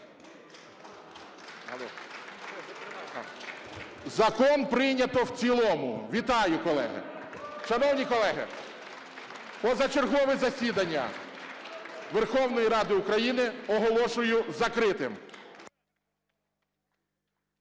Закон прийнято в цілому. Вітаю, колеги! Шановні колеги, позачергове засідання Верховної Ради України оголошую закритим.